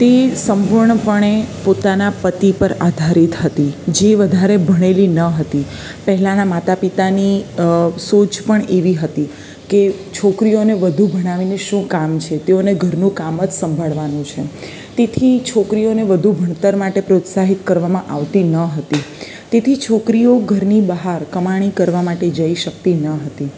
તે સંપૂર્ણપણે પોતાના પતિ પર આધારિત હતી જે વધારે ભણેલી ન હતી પહેલાંનાં માતા પિતાની સોચ પણ એવી હતી કે છોકરીઓને વધુ ભણાવીને શું કામ છે તેઓને ઘરનું કામ જ સંભાળવાનું છે તેથી છોકરીઓને વધુ ભણતર માટે પ્રોત્સાહિત કરવામાં આવતી ન હતી તેથી છોકરીઓ ઘરની બહાર કમાણી કરવા માટે જઈ શકતી ન હતી